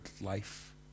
life